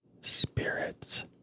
spirits